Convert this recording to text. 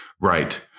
Right